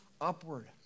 upward